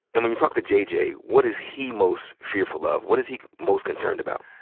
and when you talk to jj, what is he most fearful of? what is he most concerned about?